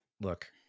Look